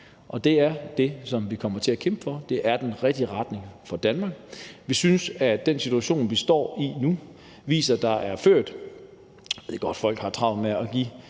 og det er det, vi kommer til at kæmpe for. Det er den rigtige retning for Danmark. Vi synes, at den situation, vi står i nu, viser, at der er ført en forfejlet pengepolitik. Jeg ved godt, at folk har travlt med at give